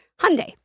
Hyundai